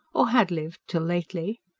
or had lived, till lately.